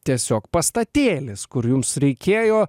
tiesiog pastatėlis kur jums reikėjo